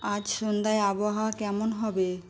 আজ সন্ধ্যায় আবহাওয়া কেমন হবে